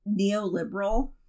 neoliberal